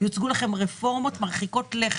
יוצגו לכם רפורמות מרחיקות לכת.